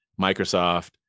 Microsoft